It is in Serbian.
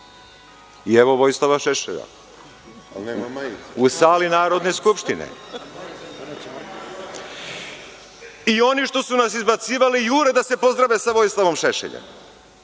I evo Vojislava Šešelja u sali Narodne skupštine. I oni što su nas izbacivali jure da se pozdrave sa Vojislavom Šešeljem.